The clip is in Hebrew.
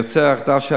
יוצר האחדה של